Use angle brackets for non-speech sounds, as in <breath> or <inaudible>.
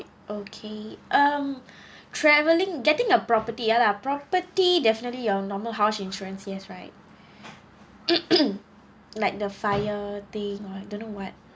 okay um traveling getting a property ya lah property definitely your normal house insurance yes right <breath> <coughs> like the fire thing or I don't know what